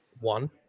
one